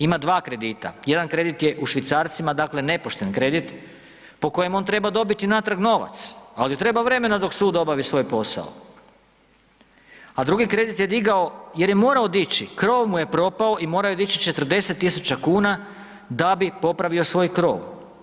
Ima 2 kredita, jedan kredit je u švicarcima, dakle nepošten kredit po kojem on treba dobiti natrag novac, ali treba vremena dok sud obavi svoj posao, a drugi kredit je digao jer je morao dići, krov mu je propao i morao je dići 40.000 kuna da bi popravio svoj krov.